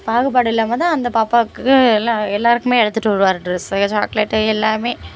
பாகுபாடு இல்லாமல் தான் அந்த பாப்பாவுக்கு எல்லா எல்லோருக்குமே எடுத்துட்டு வருவார் ட்ரெஸ்ஸு சாக்லேட்டு எல்லாமே